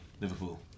Liverpool